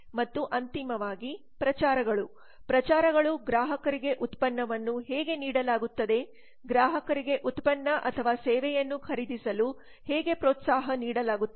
ಮತ್ತು ಅಂತಿಮವಾಗಿ ಪ್ರಚಾರಗಳು ಪ್ರಚಾರಗಳು ಗ್ರಾಹಕರಿಗೆ ಉತ್ಪನ್ನವನ್ನು ಹೇಗೆ ನೀಡಲಾಗುತ್ತದೆ ಗ್ರಾಹಕರಿಗೆ ಉತ್ಪನ್ನ ಅಥವಾ ಸೇವೆಯನ್ನು ಖರೀದಿಸಲು ಹೇಗೆ ಪ್ರೋತ್ಸಾಹ ನೀಡಲಾಗುತ್ತದೆ